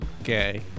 Okay